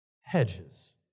hedges